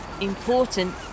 important